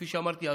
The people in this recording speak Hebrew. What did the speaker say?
כפי שאמרתי,